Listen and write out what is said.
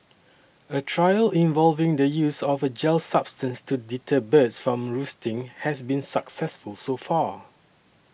a trial involving the use of a gel substance to deter birds from roosting has been successful so far